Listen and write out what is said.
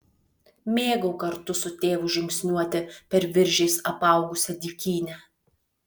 mėgau kartu su tėvu žingsniuoti per viržiais apaugusią dykynę